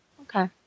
Okay